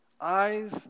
eyes